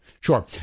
Sure